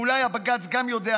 ואולי הבג"ץ גם יודע מזה,